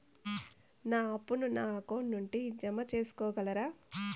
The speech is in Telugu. నా అప్పును నా అకౌంట్ నుండి జామ సేసుకోగలరా?